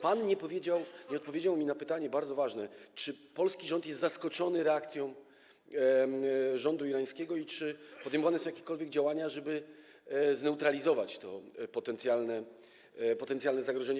Pan nie odpowiedział mi na pytanie bardzo ważne, czy polski rząd jest zaskoczony reakcją rządu irańskiego i czy podejmowane są jakiekolwiek działania, żeby zneutralizować to potencjalne zagrożenie.